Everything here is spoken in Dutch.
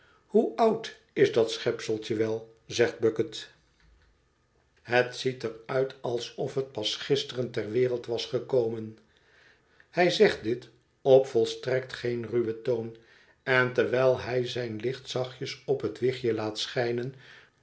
hoe oud is dat schepseltje wel zegt bucket het ziet er uit alsof het pas gisteren ter wereld was gekomen hij zegt dit op volstrekt geen ruwen toon en terwijl hij zijn licht zachtjes op het wichtje laat schijnen